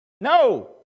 No